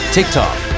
TikTok